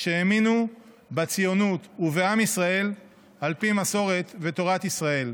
שהאמינו בציונות ובעם ישראל על פי מסורת ותורת ישראל.